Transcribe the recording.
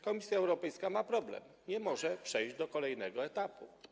Komisja Europejska ma problem, nie może przejść do kolejnego etapu.